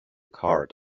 cart